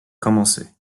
commencer